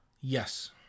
yes